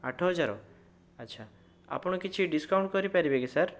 ଆଠହଜାର ଆଚ୍ଛା ଆପଣ କିଛି ଡିସକାଉଣ୍ଟ କରିପାରିବେକି ସାର୍